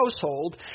household